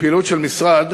בפעילות של משרד,